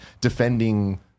defending